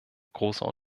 großer